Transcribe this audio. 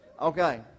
Okay